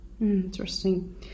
Interesting